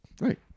Right